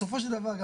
בסופו של דבר,